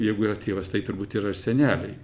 jeigu yra tėvas tai turbūt yra ir seneliai